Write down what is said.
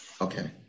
Okay